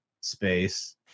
space